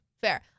Fair